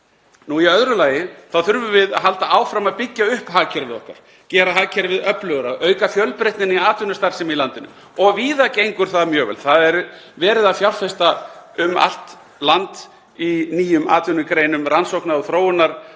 Í öðru lagi þurfum við að halda áfram að byggja upp hagkerfið okkar, gera hagkerfið öflugra, auka fjölbreytni í atvinnustarfsemi í landinu. Víða gengur það mjög vel. Það er verið að fjárfesta um allt land í nýjum atvinnugreinum og rannsókna- og